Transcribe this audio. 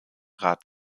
rat